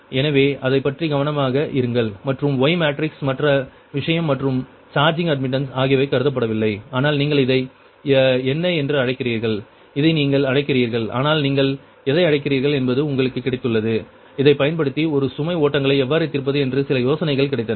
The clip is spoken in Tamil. எனவே அதைப் பற்றி கவனமாக இருங்கள் மற்றும் Y மேட்ரிக்ஸ் மற்ற விஷயம் மற்றும் சார்ஜிங் அட்மிட்டன்ஸ் ஆகியவை கருதப்படுவதில்லை ஆனால் நீங்கள் இதை என்ன என்று அழைக்கிறீர்கள் இதை நீங்கள் அழைக்கிறீர்கள் ஆனால் நீங்கள் எதை அழைக்கிறீர்கள் என்பது உங்களுக்கு கிடைத்துள்ளது இதைப் பயன்படுத்தி சுமை ஓட்டங்களை எவ்வாறு தீர்ப்பது என்று சில யோசனைகள் கிடைத்தன